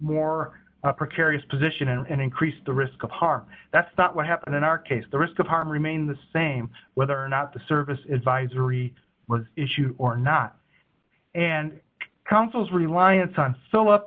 more precarious position and increased the risk of harm that's not what happened in our case the risk of harm remained the same whether or not the service advisory was issued or not and consuls reliance on s